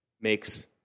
makes